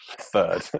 third